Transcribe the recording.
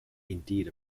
indeed